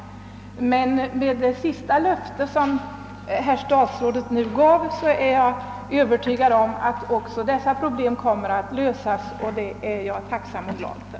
Med tanke på det löfte som statsrådet nu gav är jag emellertid övertygad om att också detta problem kommer att lösas, och det är jag tacksam och glad för.